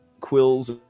quills